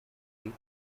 week